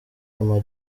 ama